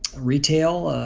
retail.